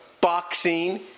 boxing